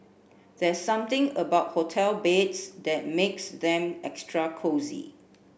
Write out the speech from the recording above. there's something about hotel beds that makes them extra cosy